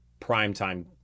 primetime